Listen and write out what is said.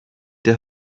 der